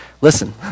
listen